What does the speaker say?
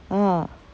ah